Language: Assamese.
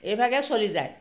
এইভাগেই চলি যায়